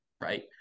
right